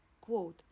Quote